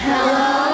Hello